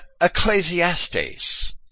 Ecclesiastes